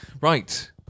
right